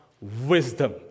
wisdom